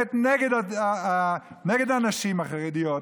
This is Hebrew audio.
שנלחמת נגד הנשים החרדיות,